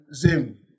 Zim